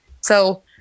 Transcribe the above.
So-